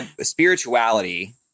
spirituality